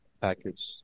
package